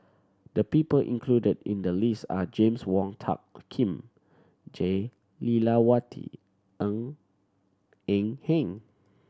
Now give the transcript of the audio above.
the people included in the list are James Wong Tuck Kim Jah Lelawati Ng Eng Hen